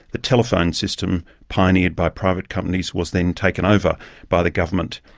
the telephone system, pioneered by private companies, was then taken over by the government.